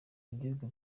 ibihugu